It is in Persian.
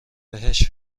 بهش